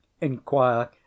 Inquire